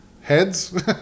heads